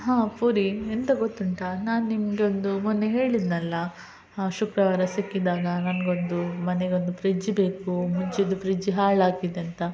ಹಾಂ ಪೂರಿ ಎಂತ ಗೊತ್ತುಂಟ ನಾನು ನಿನ್ಗೆ ಒಂದು ಮೊನ್ನೆ ಹೇಳಿದ್ದೆನಲ್ಲ ಶುಕ್ರವಾರ ಸಿಕ್ಕಿದಾಗ ನನ್ಗೆ ಒಂದು ಮನೆಗೊಂದು ಫ್ರಿಜ್ ಬೇಕು ಮುಂಚಿಂದು ಫ್ರಿಜ್ ಹಾಳಾಗಿದೆ ಅಂತ